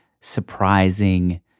surprising